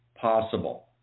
possible